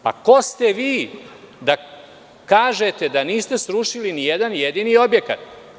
Pa, ko ste vi da kažete da niste srušili ni jedan jedini objekat?